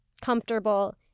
comfortable